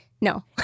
No